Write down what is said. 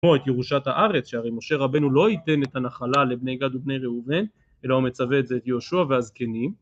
את ירושת הארץ שהרי משה רבנו לא ייתן את הנחלה לבני גד ובני ראובן אלא הוא מצווה את זה את יהושע והזקנים